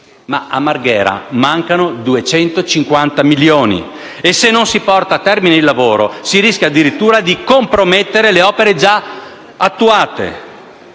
Marghera, però, mancano 250 milioni, e se non si porta a termine il lavoro si rischia addirittura di compromettere le opere già attuate.